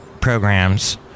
programs